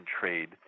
trade